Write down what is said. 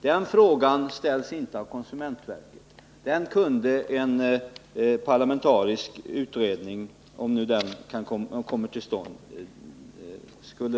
Den frågan ställs inte heller av konsumentverket, men den kunde en parlamentarisk utredning, om den nu kommer till stånd, ta upp.